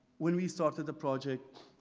when we started the project,